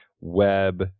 web